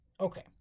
Okay